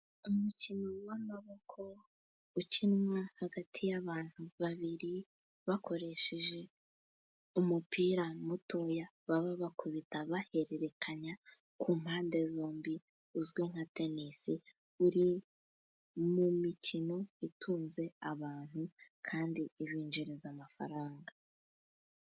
Umukino w’amaboko ukinwa hagati y’abantu babiri, bakoresheje umupira mutoya, baba bakubita bahererekanya ku mpande zombi uzwi nka tenisi, uri mu mikino itunze abantu kandi ibinjiriza amafaranga.